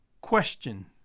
question